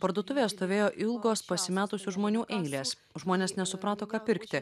parduotuvėje stovėjo ilgos pasimetusių žmonių eilės žmonės nesuprato ką pirkti